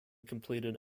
completed